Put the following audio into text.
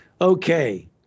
Okay